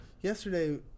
Yesterday